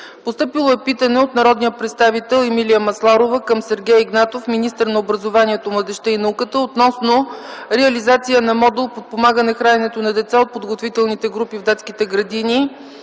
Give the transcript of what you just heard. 2010 г. Питане от народния представител Емилия Масларова към Сергей Игнатов – министър на образованието, младежта и науката, относно реализация на модул „Подпомагане храненето на деца от подготвителните групи в детските градини,